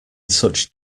such